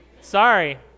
sorry